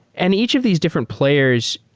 and each of these different players,